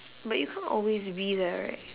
but you can't always be there right